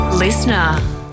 Listener